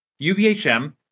UVHM